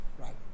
Right